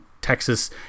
texas